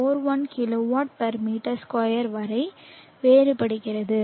41 kilowatt m 2 வரை வேறுபடுகிறது